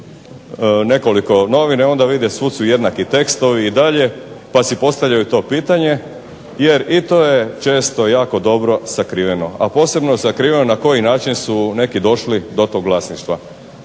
nekoliko novina, onda vide svuda su jednaki tekstovi i dalje, pa si postavljaju to pitanje, jer i to je često jako dobro sakriveno, a posebno na sakriveno na koji način su neki došli do tog vlasništva.